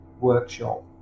workshop